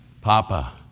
Papa